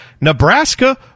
Nebraska